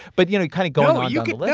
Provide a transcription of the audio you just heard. but you know kind of going on you know